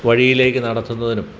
വഴിയിലേക്ക് നടത്തുന്നതിനും